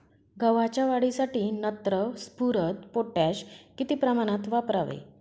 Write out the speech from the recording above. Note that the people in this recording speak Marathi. गव्हाच्या वाढीसाठी नत्र, स्फुरद, पोटॅश किती प्रमाणात वापरावे?